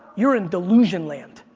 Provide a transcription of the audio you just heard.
you're in delusion land.